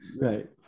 Right